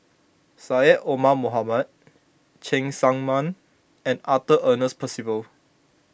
Syed Omar Mohamed Cheng Tsang Man and Arthur Ernest Percival